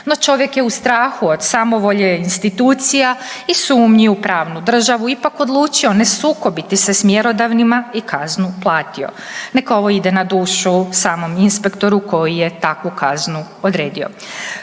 No čovjek je u strahu od samovolje institucija i sumnji u pravnu državu ipak odlučio ne sukobiti se s mjerodavnima i kaznu platio. Neka ovo ide na dušu samom inspektoru koji je takvu kaznu odredio.